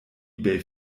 ebay